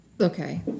Okay